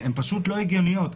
הן פשוט לא הגיוניות.